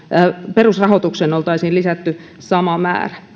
perusrahoitukseen oltaisiin lisätty sama määrä